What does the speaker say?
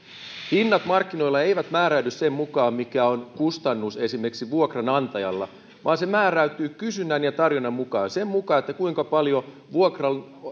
hinnat markkinoilla eivät määräydy sen mukaan mikä on kustannus esimerkiksi vuokranantajalla vaan hinta määräytyy kysynnän ja tarjonnan mukaan sen mukaan kuinka paljon